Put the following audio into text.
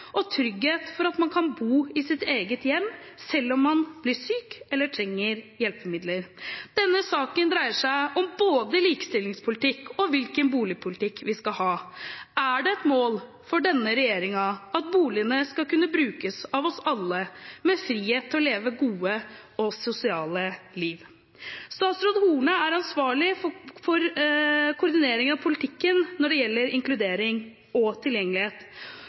og trygghet for at man kan bo i sitt eget hjem selv om man blir syk eller trenger hjelpemidler. Denne saken dreier seg både om likestillingspolitikk og hvilken boligpolitikk vi skal ha. Er det et mål for denne regjeringen at boligene skal kunne brukes av oss alle med frihet til å leve gode og sosiale liv? Statsråd Horne er ansvarlig for koordineringen av politikken når det gjelder inkludering og tilgjengelighet.